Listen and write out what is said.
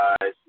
guys